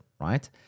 right